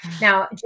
Now